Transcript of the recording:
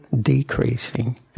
decreasing